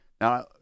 Now